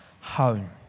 home